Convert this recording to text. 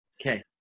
Okay